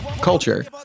culture